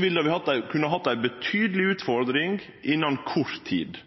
ville vi kunne hatt ei betydeleg utfordring innan kort tid.